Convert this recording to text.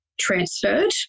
Transferred